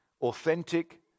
Authentic